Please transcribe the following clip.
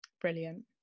brilliant